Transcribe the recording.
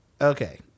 okay